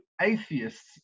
atheists